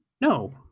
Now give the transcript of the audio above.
No